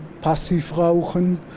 passivrauchen